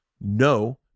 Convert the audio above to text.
no